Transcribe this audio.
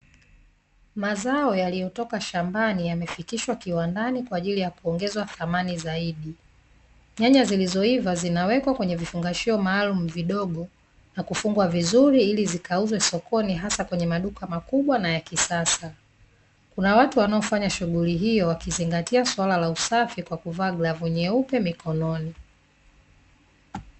Mazao yaliyotoka shambani yamefikishwa kiwandani kwa ajili ya kuongezwa samani zaidi, nyanya zilizoiva zinawekwa kwenye vifungashio maalumu vidogo na kufungwa vizuri ili zikauzwe sokoni hasa kwenye maduka maduka makubwa na ya kisasa, kuna watu wanaofanya shughuli hiyo wakizingatia suala la usafi kwa kuvaa glovu nyeupe mkononi.